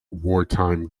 wartime